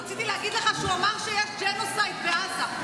רציתי להגיד לך שהוא אמר שיש ג'נוסייד בעזה.